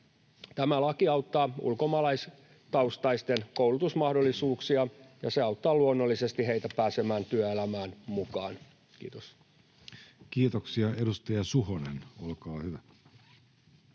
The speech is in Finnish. Tämä laki auttaa ulkomaalaistaustaisten koulutusmahdollisuuksia, ja se auttaa luonnollisesti heitä pääsemään työelämään mukaan. — Kiitos. Kiitoksia. — Edustaja Suhonen, olkaa hyvä.